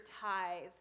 tithe